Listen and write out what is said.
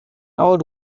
old